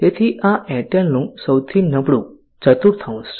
તેથી આ એરટેલનું સૌથી નબળું ચતુર્થાંશ છે